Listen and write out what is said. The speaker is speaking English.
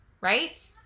right